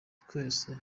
twese